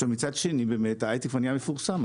מצד שני, הייטק באמת כבר נהיה מפורסם.